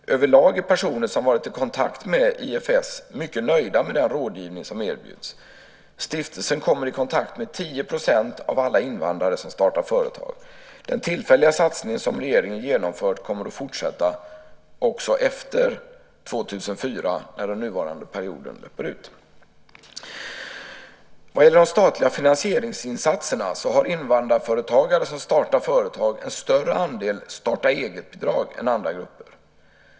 Överlag är personer som varit i kontakt med IFS mycket nöjda med den rådgivning som erbjuds. Stiftelsen kommer i kontakt med 10 % av alla invandrare som startar företag. Den tillfälliga satsningen som regeringen genomfört kommer att fortsätta också efter 2004 när den nuvarande perioden löper ut. Vad gäller de statliga finansieringsinsatserna har invandrarföretagare som startar företag en större andel starta-eget-bidrag än andra grupper.